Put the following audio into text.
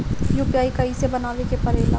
UPI कइसे बनावे के परेला?